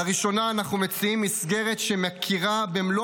לראשונה אנחנו מציעים מסגרת שמכירה במלוא